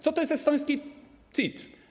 Co to jest estoński CIT?